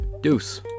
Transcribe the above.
Deuce